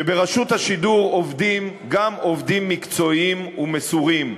שברשות השידור עובדים גם עובדים מקצועיים ומסורים,